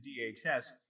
DHS